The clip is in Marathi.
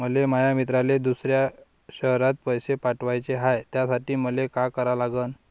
मले माया मित्राले दुसऱ्या शयरात पैसे पाठवाचे हाय, त्यासाठी मले का करा लागन?